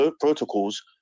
protocols